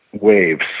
waves